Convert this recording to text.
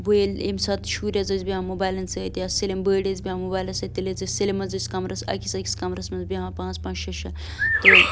وۄنۍ ییٚلہِ ییٚمہِ ساتہٕ شُرۍ حظ ٲسۍ بیٚہوان موبایلَن سۭتۍ یا سٲلِم بٔڑۍ ٲسۍ بیٚہوان موبایلَن سۭتۍ تیٚلہِ حظ ٲسۍ سٲلِم حظ ٲسۍ کمرَس أکِس أکِس کَمرَس منٛز بیٚہوان پانٛژھ پانٛژھ شےٚ شےٚ تہٕ